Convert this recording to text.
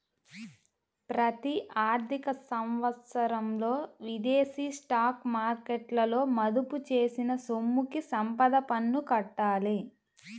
ప్రతి ఆర్థిక సంవత్సరంలో విదేశీ స్టాక్ మార్కెట్లలో మదుపు చేసిన సొమ్ముకి సంపద పన్ను కట్టాలి